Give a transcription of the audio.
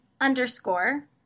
underscore